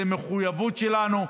זאת מחויבות שלנו,